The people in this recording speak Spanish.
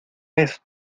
vez